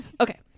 Okay